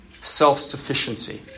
self-sufficiency